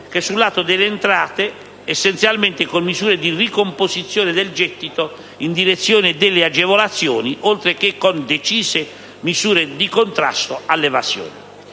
che sul lato delle entrate, essenzialmente con misure di ricomposizione del gettito in direzione delle agevolazioni oltre che con decise misure di contrasto all'evasione.